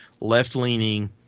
left-leaning